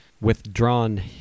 withdrawn